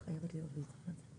אנחנו חורגים בזמן,